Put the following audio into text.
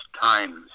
times